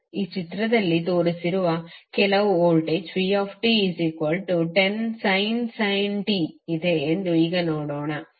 ಈ ಚಿತ್ರದಲ್ಲಿ ತೋರಿಸಿರುವ ಕೆಲವು ವೋಲ್ಟೇಜ್vt10sin t ಇದೆ ಎಂದು ಈಗ ನೋಡೋಣ